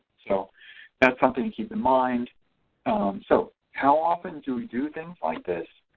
so that's something to keep in mind so how often do we do things like this?